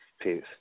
Peace